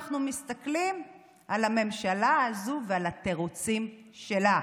אנחנו מסתכלים על הממשלה הזו ועל התירוצים שלה,